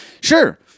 Sure